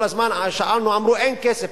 כל הזמן שאלנו, ואמרו: אין כסף.